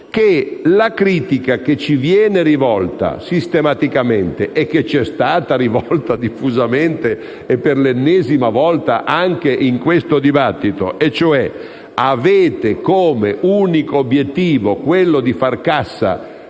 la critica che ci viene rivolta sistematicamente, e che ci è stata rivolta diffusamente e per l'ennesima volta anche in questo dibattito - e cioè che abbiamo come unico obiettivo fare cassa